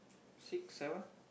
six seven